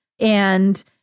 And-